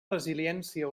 resiliència